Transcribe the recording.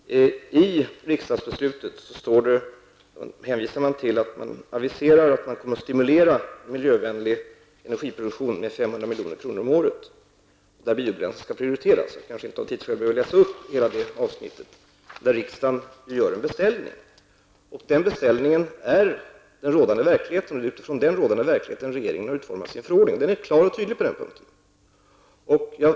Herr talman! I riksdagsbeslutet hänvisas till att man aviserar att man kommer att stimulera miljövänlig energiproduktion med 500 milj.kr. om året, varvid biobränslen skall prioriteras. Av tidsskäl skall jag inte läsa upp hela det avsnitt där riksdagen gör en beställning. Och den beställningen är den rådande verkligheten. Det är utifrån den rådande verkligheten som regeringen har utformat sin förordning. Den är klar och tydlig på den punkten.